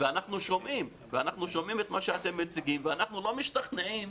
ואנחנו שומעים את מה שאתם מציגים ואנחנו לא משתכנעים